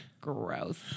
Gross